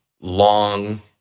long